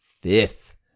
fifth